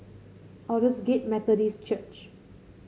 Aldersgate Methodist Church